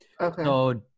Okay